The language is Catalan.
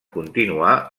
continuar